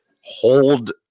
hold –